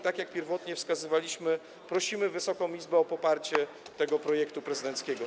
Tak jak pierwotnie wskazywaliśmy, prosimy Wysoką Izbę o poparcie tego prezydenckiego